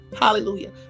Hallelujah